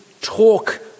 talk